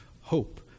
hope